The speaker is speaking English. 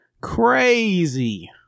Crazy